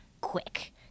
quick